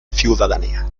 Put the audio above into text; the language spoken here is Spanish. ciudadanía